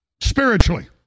spiritually